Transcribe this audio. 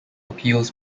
appeals